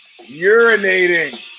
urinating